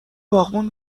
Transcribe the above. باغبون